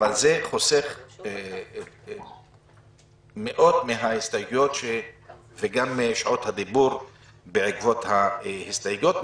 זה חוסך מאות מההסתייגויות וגם משעות הדיבור בעקבות ההסתייגויות.